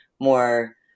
more